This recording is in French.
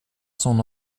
son